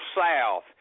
South